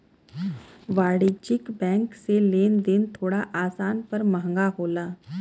वाणिज्यिक बैंक से लेन देन थोड़ा आसान पर महंगा होला